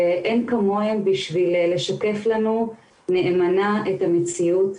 ואין כמוהם בשביל לשקף לנו נאמנה את המציאות.